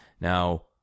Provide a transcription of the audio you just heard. now